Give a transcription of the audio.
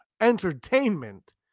entertainment